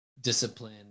discipline